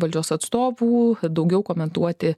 valdžios atstovų daugiau komentuoti